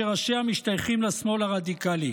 שראשיה משתייכים לשמאל הרדיקלי.